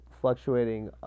fluctuating